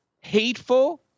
hateful